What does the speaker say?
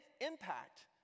impact